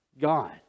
God